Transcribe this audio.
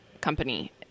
company